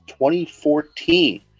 2014